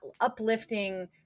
uplifting